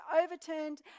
overturned